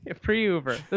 Pre-Uber